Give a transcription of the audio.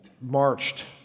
marched